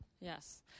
yes